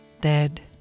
dead